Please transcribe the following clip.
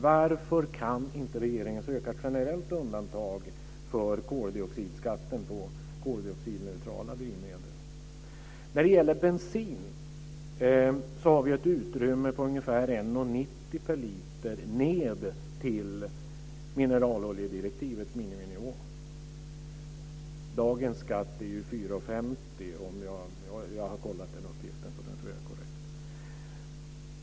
Varför kan inte regeringen söka ett generellt undantag för koldioxidskatten på koldioxidneutrala drivmedel? När det gäller bensin har vi ett utrymme på ungefär 1:90 kr per liter ned till mineraloljedirektivets miniminivå. Dagens skatt är ju 4:50 kr. Jag har kollat den uppgiften, så den tror jag är korrekt.